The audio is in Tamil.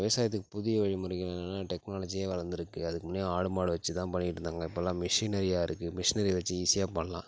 விவசாயத்துக்கு புதிய வழிமுறைகள் என்னென்னா டெக்னாலஜியே வளர்ந்துருக்கு அதுக்கு முன்னே ஆடு மாடை வச்சி தான் பண்ணிட்டுருந்தாங்க இப்பெல்லாம் மெஷினரியாக இருக்கு மெஷினரியை வச்சி ஈஸியாக பண்ணலாம்